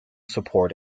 support